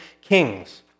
kings